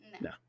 no